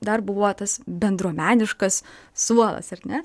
dar buvo tas bendruomeniškas suolas ar ne